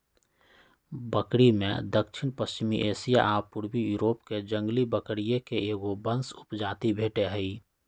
बकरिमें दक्षिणपश्चिमी एशिया आ पूर्वी यूरोपके जंगली बकरिये के एगो वंश उपजाति भेटइ हइ